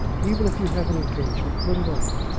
even if you have an engagement, put it off.